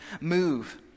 move